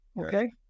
Okay